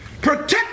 protect